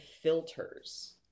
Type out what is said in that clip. filters